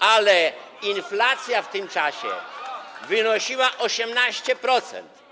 ale inflacja w tym czasie wynosiła 18%.